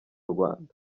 rwanda